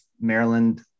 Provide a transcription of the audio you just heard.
Maryland